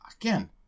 Again